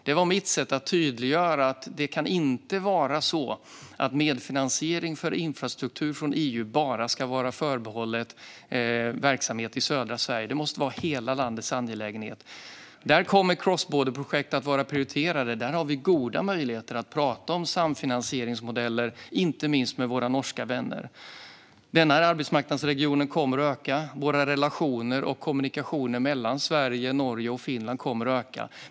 Det var mitt sätt att tydliggöra att medfinansiering för infrastruktur från EU inte ska vara förbehållen bara verksamhet i södra Sverige. Det måste vara hela landets angelägenhet. Där kommer cross-border-projekt att vara prioriterade. Där har vi goda möjligheter att prata om samfinansieringsmodeller, inte minst med våra norska vänner. Den här arbetsmarknadsregionen kommer att öka. Våra relationer och kommunikationer mellan Sverige, Norge och Finland kommer att öka.